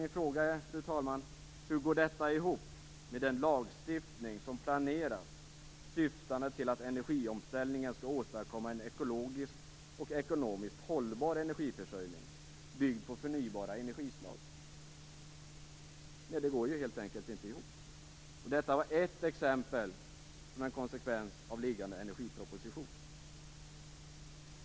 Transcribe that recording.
Min fråga, fru talman, är: Hur går detta ihop med den lagstiftning som planeras syftande till att energiomställningen skall åstadkomma en ekologiskt och ekonomiskt hållbar energiförsörjning byggd på förnybara energislag? Det går helt enkelt inte ihop. Detta är ett exempel på en konsekvens av energipropositionen.